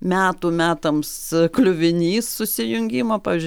metų metams kliuvinys susijungimo pavyzdžiui